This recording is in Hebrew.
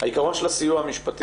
של הסיוע המשפטי,